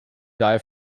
die